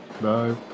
Bye